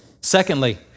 Secondly